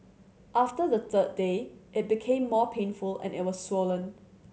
after the third day it became more painful and it was swollen